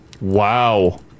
Wow